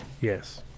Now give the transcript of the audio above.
Yes